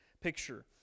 picture